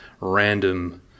random